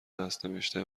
دستنوشته